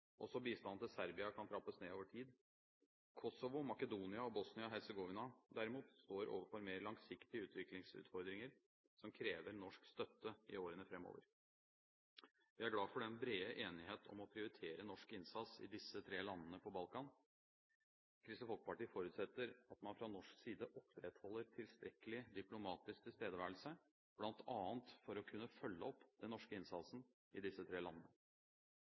Også bistanden til Serbia kan trappes ned over tid. Kosovo, Makedonia og Bosnia-Hercegovina derimot står overfor mer langsiktige utviklingsutfordringer, som krever norsk støtte i årene framover. Vi er glade for den brede enighet om å prioritere norsk innsats i disse tre landene på Balkan. Kristelig Folkeparti forutsetter at man fra norsk side opprettholder tilstrekkelig diplomatisk tilstedeværelse, bl.a. for å kunne følge opp den norske innsatsen i disse tre landene.